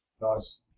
Nice